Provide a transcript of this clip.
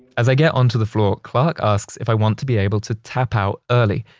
as i get onto the floor, clark asks if i want to be able to tap out early?